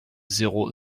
zéro